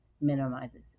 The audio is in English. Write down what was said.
minimizes